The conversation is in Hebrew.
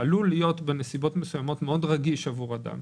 שעלול להיות בנסיבות מסוימות רגיש מאוד עבור אדם,